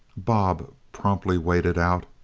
bob promptly waded out,